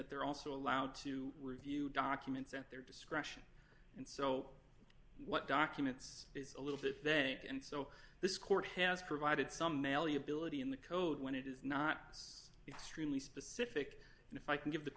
that they're also allowed to review documents at their discretion and so what documents is a little bit that and so this court has provided some mail you ability in the code when it is not it's truly specific and if i can give the